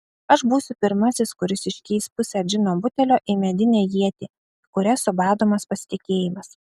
aš būsiu pirmasis kuris iškeis pusę džino butelio į medinę ietį kuria subadomas pasitikėjimas